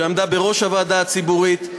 שעמדה בראש הוועדה הציבורית,